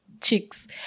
chicks